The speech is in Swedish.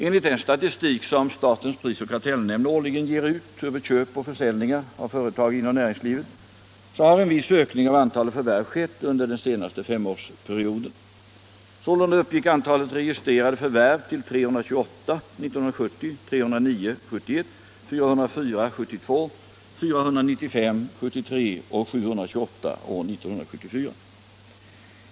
Enligt den statistik som statens prisoch kartellnämnd årligen ger ut över köp och försäljningar av företag inom näringslivet har en viss ökning av antalet förvärv skett under den senaste femårsperioden. Sålunda uppgick antalet registrerade förvärv till 328 år 1970, 309 år 1971, 404 år 1972, 495 år 1973 och 728 år 1974.